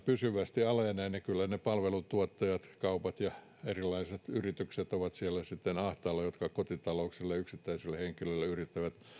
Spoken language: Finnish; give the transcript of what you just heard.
pysyvästi alenee niin kyllä ne palveluntuottajat kaupat ja erilaiset yritykset ovat siellä sitten ahtaalla jotka kotitalouksille yksittäisille henkilöille yrittävät